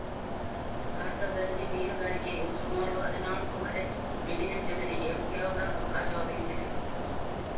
ಭಾರತದಲ್ಲಿ ಮೀನುಗಾರಿಕೆಯು ಸುಮಾರು ಹದಿನಾಲ್ಕೂವರೆ ಮಿಲಿಯನ್ ಜನರಿಗೆ ಉದ್ಯೋಗ ಅವಕಾಶ ಒದಗಿಸಿದೆ